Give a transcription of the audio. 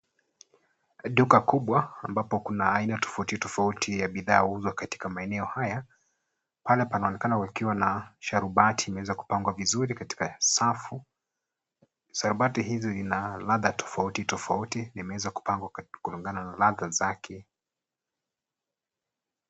Duka kubwa ambapo kuna aina tofauti tofauti ya bidhaa huuzwa katika maeneo haya. Hapa panaonekana pakiwa na sharubati zimeweza kupangwa vizuri katika safu. Sharubati hizi zina ladha tofauti tofauti, zimeweza kupangwa kulingana na ladha zake.